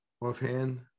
offhand